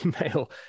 email